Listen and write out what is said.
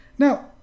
Now